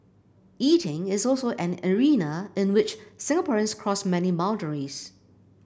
eating is also an arena in which Singaporeans cross many boundaries